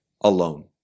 Alone